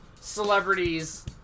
celebrities